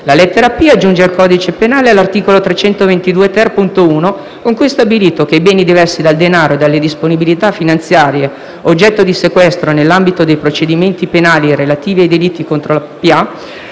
La lettera *p)* aggiunge al codice penale l'articolo 322-*ter*.1, con cui è stabilito che i beni diversi dal denaro e dalle disponibilità finanziarie, oggetto di sequestro nell'ambito dei procedimenti penali relativi ai delitti contro la